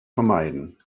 vermeiden